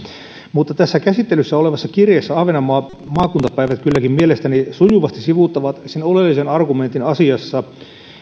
mutta tässä käsittelyssä olevassa kirjeessä ahvenanmaan maakuntapäivät kylläkin mielestäni sujuvasti sivuuttaa sen oleellisen argumentin asiassa